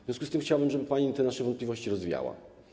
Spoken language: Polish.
W związku z tym chciałbym, żeby pani te nasze wątpliwości rozwiała.